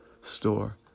store